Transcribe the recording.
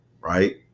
right